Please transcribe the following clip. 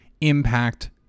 impact